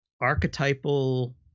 archetypal